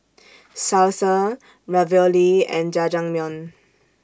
Salsa Ravioli and Jajangmyeon